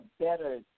better